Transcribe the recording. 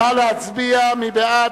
נא להצביע, מי בעד?